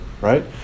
right